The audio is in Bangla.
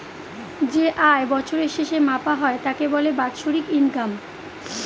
যে আয় বছরের শেষে মাপা হয় তাকে বলে বাৎসরিক ইনকাম